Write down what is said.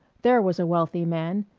there was a wealthy man,